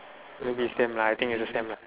maybe same lah I think it's the same lah